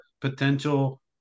potential